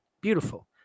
Beautiful